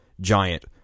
giant